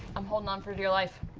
i'm holding on for dear life.